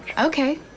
Okay